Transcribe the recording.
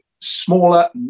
smaller